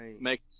make